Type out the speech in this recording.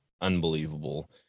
unbelievable